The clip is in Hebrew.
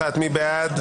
מי בעד?